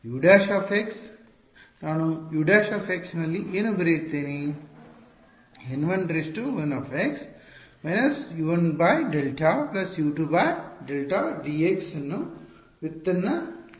U ′ ನಾನು U ′ ನಲ್ಲಿ ಏನು ಬರೆಯುತ್ತೇನೆ N 11 − U 1Δ U2 Δ dx ನ ವ್ಯುತ್ಪನ್ನ ಯಾವುದು